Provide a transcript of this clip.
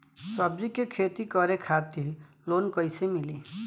सब्जी के खेती करे खातिर लोन कइसे मिली?